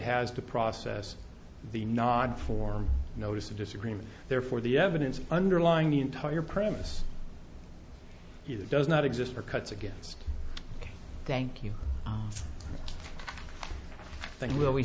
has to process the nod for notice of disagreement therefore the evidence underlying the entire premise does not exist or cuts against thank you thank you will we